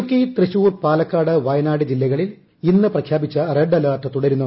ഇടുക്കി തൃശൂർ പാലക്കാട് വയനാട് ജില്ലകളിൽ ഇന്ന് പ്രഖ്യാപിച്ച റെഡ് അലർട്ട് തുടരുന്നു